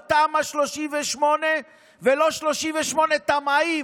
לא תמ"א 38 ולא 38 טמעים.